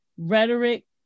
rhetoric